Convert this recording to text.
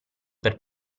per